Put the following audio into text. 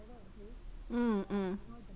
mm mm